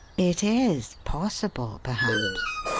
it is possible perhaps.